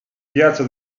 piazza